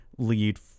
lead